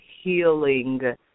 healing